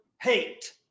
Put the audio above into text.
hate